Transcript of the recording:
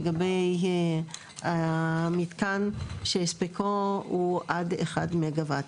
לגבי המתקן שהספקו הוא עד 1 מגה וואט,